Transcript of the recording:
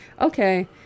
okay